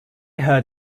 heard